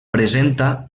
presenta